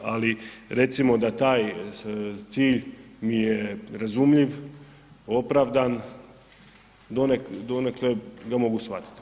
Ali recimo da taj cilj mi je razumljiv, opravdan donekle ga mogu shvatiti.